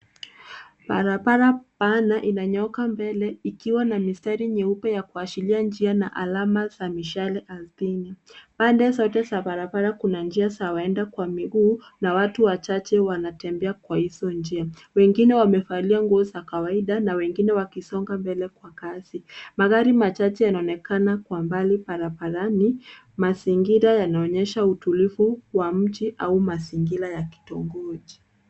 Barabara pana inanyoka mbele, ikiwa na mistari nyeupe ya kuashiria njia na alama za mishale arthini. Pande zote za barabara, kuna njia za waenda kwa miguu, na watu wachache wanaotembea kwa hizo njia. Wengine wamevalia nguo za kawaida, na wengine wakisonga mbele kwa kasi. Magari machache yanaonekana kwa mbali. Barabarani, mazingira yanaonyesha utulivu wa mji au mazingira ya kitongoji.